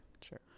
Sure